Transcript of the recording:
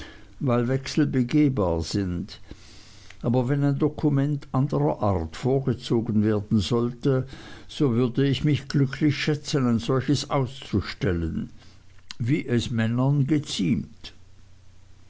weil wechsel begebbar sind aber wenn ein dokument anderer art vorgezogen werden sollte so würde ich mich glücklich schätzen ein solches auszustellen wie es männern geziemt